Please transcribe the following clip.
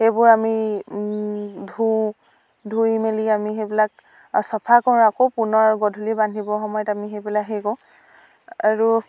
সেইবোৰ আমি ধোওঁ ধুই মেলি আমি সেইবিলাক চাফা কৰোঁ আকৌ পুনৰ গধূলি বান্ধিবৰ সময়ত আমি সেইবিলাক হেৰি কৰোঁ আৰু